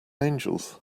angels